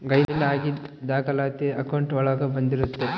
gain ಆಗಿದ್ ದಾಖಲಾತಿ account ಒಳಗ ಬಂದಿರುತ್ತೆ